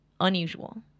unusual